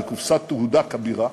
זו קופסת תהודה כבירה.